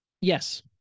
Yes